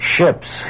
Ships